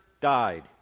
died